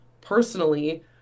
Personally